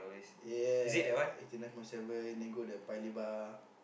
ya eighty nine point seven then go the Paya-Lebar